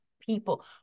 people